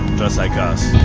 just like us